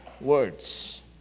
words